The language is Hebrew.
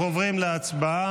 אנחנו עוברים להצבעה